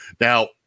Now